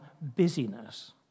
busyness